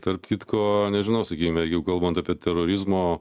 tarp kitko nežinau sakykime jeigu kalbant apie terorizmo